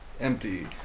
Empty